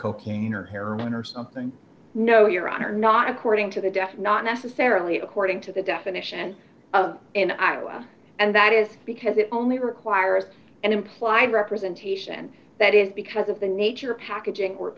cocaine or heroin or something no your honor not according to the deaf not necessarily according to the definition of in iowa and that is because it only requires an implied representation that is because of the nature packaging